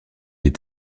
est